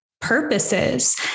purposes